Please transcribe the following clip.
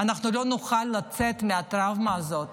אנחנו לא נוכל לצאת מהטראומה הזאת.